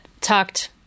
talked